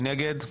מי נגד?